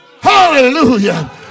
hallelujah